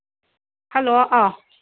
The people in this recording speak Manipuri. ꯍꯜꯂꯣ ꯑꯥ